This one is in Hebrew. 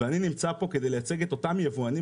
ואני נמצא פה כדי לייצג את אותם יבואנים